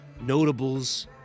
notables